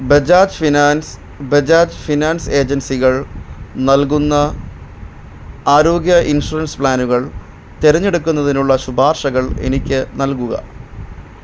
Bajaj Finance Bajaj Finance ഏജൻസികൾ നൽകുന്ന ആരോഗ്യ ഇൻഷുറൻസ് പ്ലാനുകൾ തിരഞ്ഞെടുക്കുന്നതിനുള്ള ശുപാർശകൾ എനിക്ക് നൽകുക